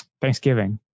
Thanksgiving